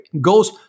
goes